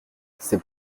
c’est